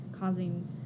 causing